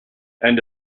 and